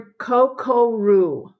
kokoru